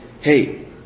hey